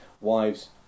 Wives